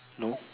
no